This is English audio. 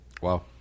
Wow